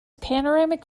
panoramic